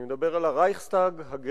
אני מדבר על הרייכסטג הגרמני,